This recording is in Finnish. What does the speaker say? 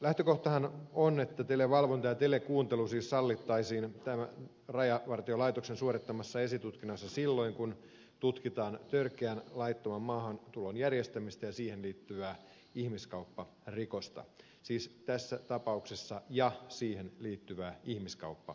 lähtökohtahan on että televalvonta ja telekuuntelu siis sallittaisiin rajavartiolaitoksen suorittamassa esitutkinnassa silloin kun tutkitaan törkeää laittoman maahantulon järjestämistä ja siihen liittyvää ihmiskaupparikosta siis tässä tapauksessa ja siihen liittyvää ihmiskaupparikosta